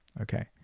Okay